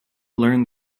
learn